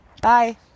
bye